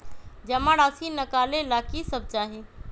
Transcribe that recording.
जमा राशि नकालेला कि सब चाहि?